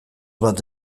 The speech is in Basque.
bat